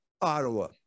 Ottawa